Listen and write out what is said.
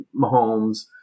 Mahomes